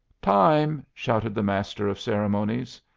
time, shouted the master of ceremonies.